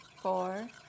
four